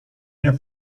nie